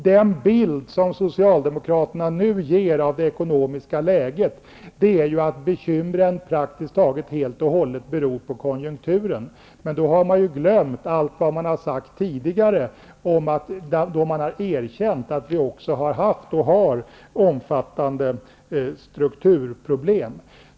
Den bild som Socialdemokraterna nu ger av det ekonomiska läget är att bekymren praktiskt taget helt beror på konjunkturen, men då har man glömt allt vad man har sagt tidigare när man har erkänt att vi har haft och har omfattande strukturproblem.